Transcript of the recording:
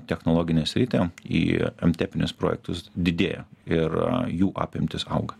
technologinę sritį į emtepinius projektus didėja ir jų apimtys auga